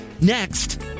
Next